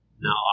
Now